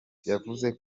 yavuze